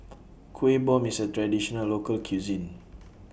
Kuih Bom IS A Traditional Local Cuisine